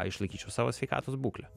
išlaikyčiau savo sveikatos būklę